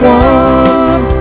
one